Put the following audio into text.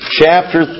chapter